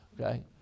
okay